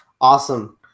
Awesome